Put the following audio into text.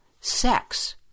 sex